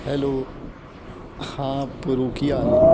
hello ਹਾਂ ਪੁਰੂ ਕੀ ਹਾਲ ਏ